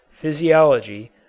physiology